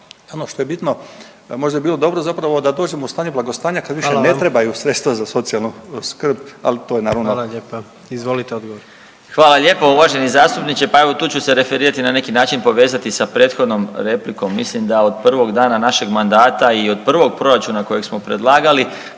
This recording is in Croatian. Samo što je bitno da možda bi bilo dobro zapravo da dođemo u stanje blagostanja kad više ne trebaju sredstva za socijalnu skrb, ali to je naravno…. **Jandroković, Gordan (HDZ)** Hvala lijepa, izvolite odgovor. **Marić, Zdravko** Hvala lijepo uvaženi zastupniče, pa evo tu ću se referirani i na neki način povezati sa prethodnom replikom. Mislim da od prvog dana našeg mandata i od prvog proračuna kojeg smo predlagali,